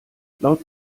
laut